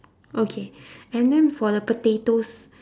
okay and then for the potatoes